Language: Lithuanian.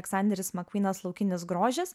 aleksanderis makūnas laukinis grožis